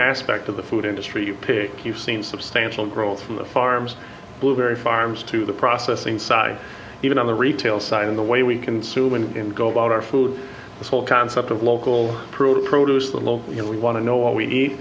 aspect of the food industry you pick you've seen substantial growth from the farms blueberry farms to the processing side even on the retail side and the way we consume and go about our food the whole concept of local pro produce little you know we want to know what we eat